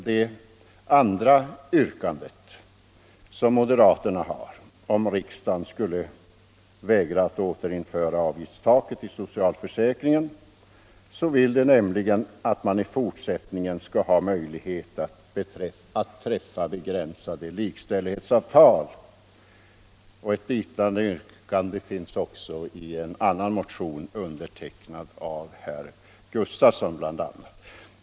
Det andra yrkande som moderaterna har, om riksdagen skulle vägra att återinföra avgiftstaket i socialförsäkringen, innebär att man i fortsättningen skall ha möjlighet att träffa begränsade likställighetsavtal. Ett liknande yrkande finns också i en annan motion, undertecknad av bl.a. herr Gustafsson i Stockholm.